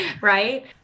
Right